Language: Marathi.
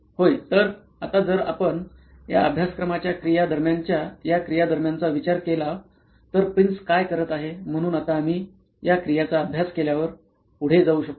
तर आता जर आपण या अभ्यासक्रमाच्या क्रियादरम्यानच्या या क्रियांदरम्यानचा विचार केला तर प्रिन्स काय करत आहे म्हणून आता आम्ही या क्रिया चा अभ्यास केल्यावर पुढे जाऊ शकतो